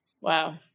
Wow